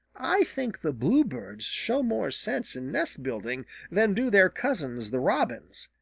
i think the bluebirds show more sense in nest building than do their cousins the robins.